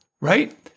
Right